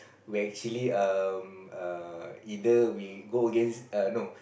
we are actually um err either we go against err no